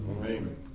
Amen